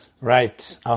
Right